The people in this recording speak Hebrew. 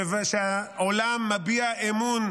העולם מביע אמון